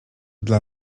dla